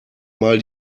mal